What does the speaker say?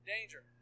danger